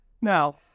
Now